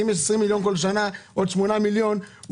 אם נדרשים 20 מיליון שקל בכל שנה וחסרים עוד 8 מיליון שקל,